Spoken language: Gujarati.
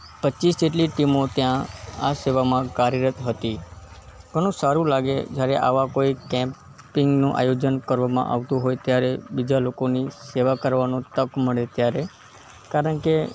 પચીસ જેટલી ટીમો ત્યાં આ સેવામાં કાર્યરત હતી ઘણું સારું લાગે જ્યારે આવા કોઈ કૅમ્પિંગનું આયોજન કરવામાં આવતું હોય ત્યારે બીજા લોકોની સેવા કરવાનો તક મળે ત્યારે કારણ કે